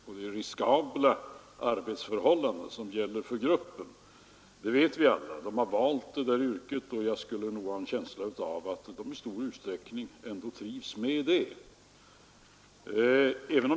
Att det är riskabla arbetsförhållanden som gäller för gruppen, det vet vi alla. De har valt det här yrket, och jag har en känsla av att de i stor utsträckning trivs med det.